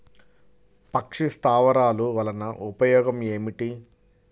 పక్షి స్థావరాలు వలన ఉపయోగం ఏమిటి?